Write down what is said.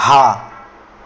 હા